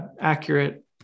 accurate